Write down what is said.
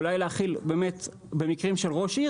אולי להחיל באמת במקרים של ראש עיר